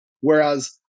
whereas